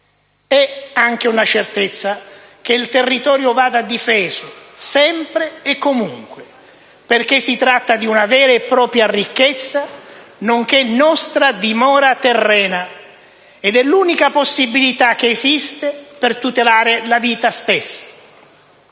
È anche la certezza che il territorio debba essere difeso, sempre e comunque, perché si tratta di una vera e propria ricchezza, nonché nostra dimora terrena, ed è l'unica possibilità che esista per tutelare la vita stessa.